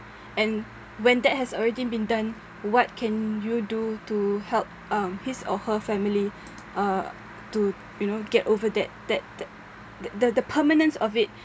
and when that has already been done what can you do to help uh his or her family uh to you know get over that that the the permanence of it